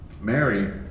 Mary